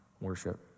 worship